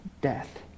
Death